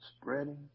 spreading